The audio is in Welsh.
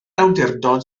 awdurdod